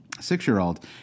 six-year-old